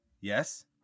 Yes